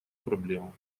проблему